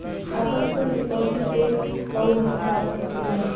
आपन कुल डिपाजिट देख अउर निकाल सकेला